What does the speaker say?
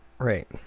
Right